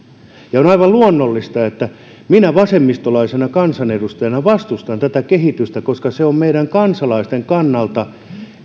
ja on on aivan luonnollista että minä vasemmistolaisena kansanedustajana vastustan tätä kehitystä koska se on kansalaisten kannalta